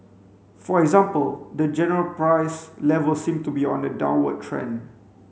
for example the general price level seem to be on a downward trend